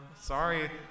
sorry